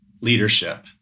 leadership